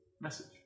message